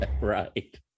Right